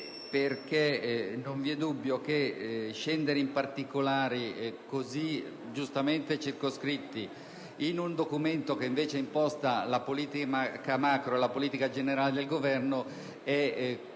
Non vi è dubbio infatti che scendere in particolari così giustamente circoscritti, in un documento che imposta la politica macro e la politica generale del Governo, è un